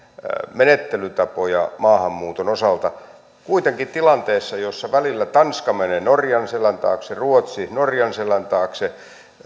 menettelytapoja maahanmuuton osalta kuitenkin tilanteessa jossa välillä tanska menee norjan selän taakse ruotsi norjan selän taakse